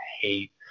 hate